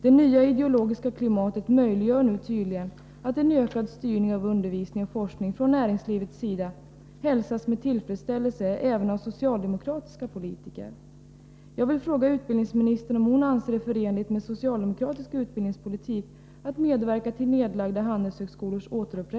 Det nya ideologiska klimatet möjliggör nu tydligen att en ökad styrning av undervisning och forskning från näringslivets sida hälsas med tillfredsställelse även av socialdemokratiska politiker.